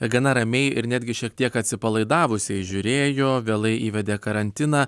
gana ramiai ir netgi šiek tiek atsipalaidavusi žiūrėjo vėlai įvedė karantiną